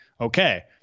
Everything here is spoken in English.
okay